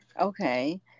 Okay